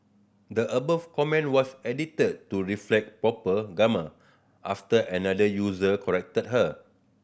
the above comment was edited to reflect proper grammar after another user corrected her